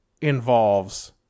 involves